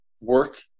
work